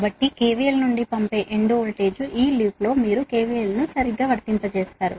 కాబట్టి KVL నుండి పంపే ఎండ్ వోల్టేజ్ ఈ లూప్ లో మీరు KVLను వర్తింపజేస్తారు